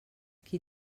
qui